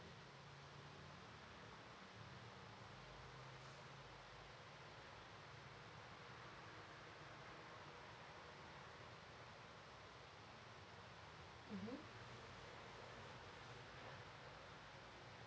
mmhmm